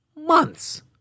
Months